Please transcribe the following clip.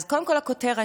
אז קודם כול הכותרת,